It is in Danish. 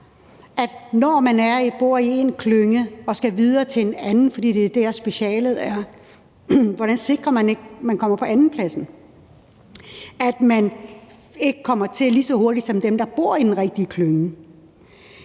når man bor i en klynge og skal videre til en anden, fordi det er der, specialet er, så ikke kommer på andenpladsen, altså at man ikke kommer til lige så hurtigt som dem, der bor i den rigtige klynge.